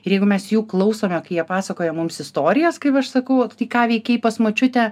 ir jeigu mes jų klausome kai jie pasakoja mums istorijas kaip aš sakau tai ką veikei pas močiutę